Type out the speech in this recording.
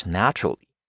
naturally